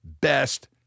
best